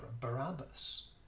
Barabbas